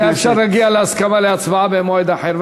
היה אפשר להגיע להסכמה על הצבעה במועד אחר,